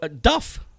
Duff